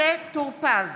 (קוראת בשמות חברי הכנסת) משה טור פז,